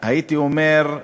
הייתי אומר,